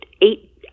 eight